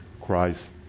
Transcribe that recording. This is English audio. Christ